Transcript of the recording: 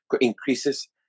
increases